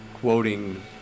Quoting